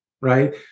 Right